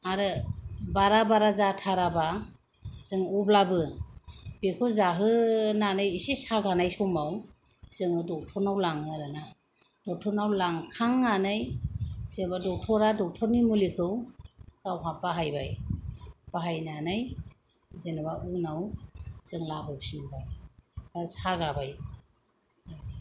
आरो बारा बारा जाथाराबा जों अब्लाबो बेखौ जाहोनानै इसे सागानाय समाव जोङो डक्टरनाव लाङो आरो ना डक्टरनाव लांखांनानै जेब्ला डक्टरा डक्टरनि मुलिखौ गावहा बाहायबाय बाहायनानै जेनबा उनाव जों लाबोफिनबाय बा सागाबाय